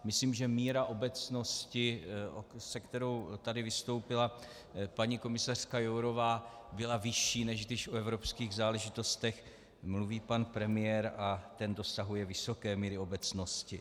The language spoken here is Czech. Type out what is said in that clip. Myslím, že míra obecnosti, se kterou tady vystoupila paní komisařka Jourová, byla vyšší, než když o evropských záležitostech mluví pan premiér, a ten dosahuje vysoké míry obecnosti.